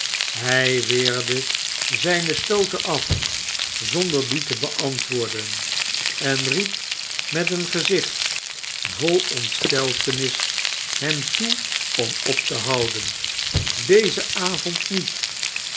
hij weerde zijne stooten af zonder die te beantwoorden en riep met een gezicht vol ontsteltenis hem toe om op te houden dezen avond niet